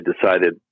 decided